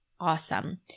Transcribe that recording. Awesome